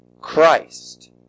Christ